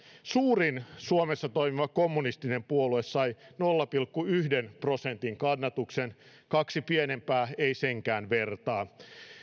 suurin suomessa toimiva kommunistinen puolue sai nolla pilkku yhden prosentin kannatuksen kaksi pienempää ei senkään vertaa